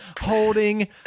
holding